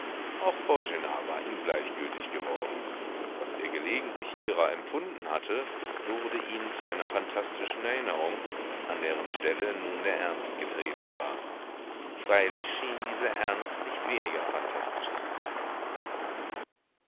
auch boena war ihm gleichgültig geworden was er gelegentlich ihrer empfunden hatte wurde ihm zu einer phantastischen erinnerung an deren stelle nun der ernst getreten war freilich schien dieser ernst nicht weniger phantastisch zu sein